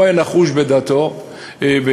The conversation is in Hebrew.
הוא היה נחוש בדעתו בעניין,